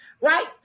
right